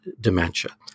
dementia